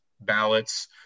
ballots